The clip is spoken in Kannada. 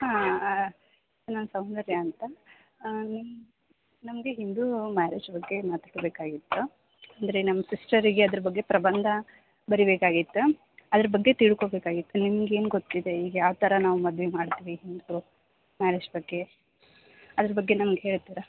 ಹಾಂ ಹಾಂ ನಾನು ಸೌಂದರ್ಯ ಅಂತ ನಮಗೆ ಹಿಂದು ಮ್ಯಾರೇಜ್ ಬಗ್ಗೆ ಮಾತಾಡ ಬೇಕಾಗಿತ್ತು ಅಂದರೆ ನಮ್ಮ ಸಿಸ್ಟರಿಗೆ ಅದ್ರ ಬಗ್ಗೆ ಪ್ರಬಂಧ ಬರಿಬೇಕಾಗಿತ್ತು ಅದ್ರ ಬಗ್ಗೆ ತಿಳ್ಕೊಬೇಕಾಗಿತ್ತು ನಿಮ್ಗೆ ಏನು ಗೊತ್ತಿದೆ ಈಗ ಯಾವಥರ ನಾವು ಮದುವೆ ಮಾಡ್ತೀವಿ ಹಿಂದು ಮ್ಯಾರೇಜ್ ಬಗ್ಗೆ ಅದ್ರ ಬಗ್ಗೆ ನಮಗೆ ಹೇಳ್ತಿರಾ